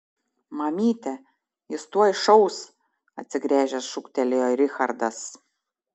mamyte jis tuoj šaus atsigręžęs šūktelėjo richardas